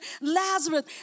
Lazarus